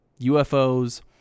UFOs